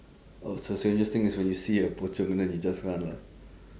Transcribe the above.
oh so so you just think is when you see a pocong and then you just run lah